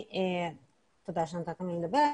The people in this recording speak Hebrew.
תודה שנתתם לי לדבר.